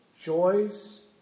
joys